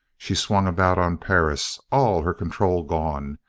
she swung about on perris, all her control gone,